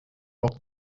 rock